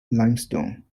limestone